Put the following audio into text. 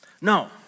No